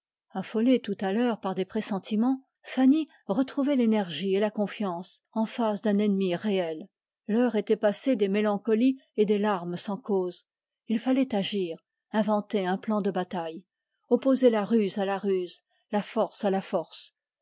affolée tout à l'heure par des pressentiments fanny retrouvait son courage devant un ennemi réel l'heure était passée des mélancolies et des larmes il fallait opposer la ruse à la ruse la force à la force